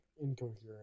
incoherent